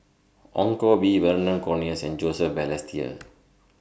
Ong Koh Bee Vernon Cornelius and Joseph Balestier